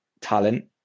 talent